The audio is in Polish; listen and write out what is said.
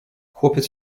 chłopiec